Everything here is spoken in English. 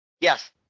Yes